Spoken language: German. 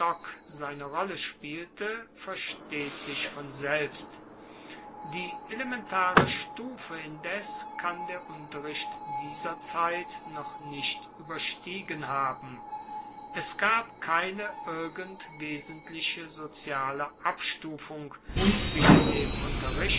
seine rolle spielte versteht sich von selbst die elementare stufe indes kann der unterricht dieser zeit noch nicht ueberstiegen haben es gab keine irgend wesentliche soziale abstufung zwischen dem